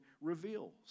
reveals